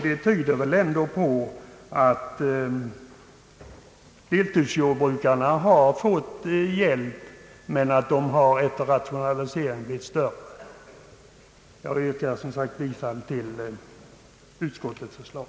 Det tyder väl ändå på att deltidsjordbrukarna har fått hjälp men att deras gårdar efter rationaliseringen har blivit större. Jag yrkar bifall till utskottets förslag.